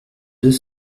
deux